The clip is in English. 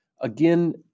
Again